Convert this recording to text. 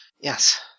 yes